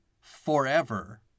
forever